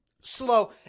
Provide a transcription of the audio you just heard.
slow